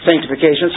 sanctification